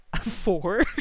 Four